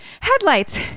headlights